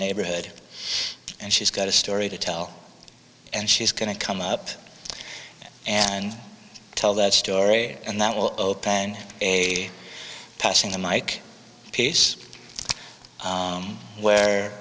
neighborhood and she's got a story to tell and she's going to come up and tell that story and that will open a passing the mike piece where